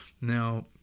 Now